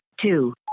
two